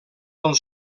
del